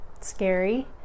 scary